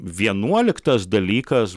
vienuoliktas dalykas